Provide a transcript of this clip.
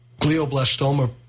glioblastoma